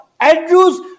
Andrews